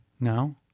no